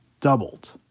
doubled